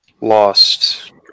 Lost